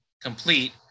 complete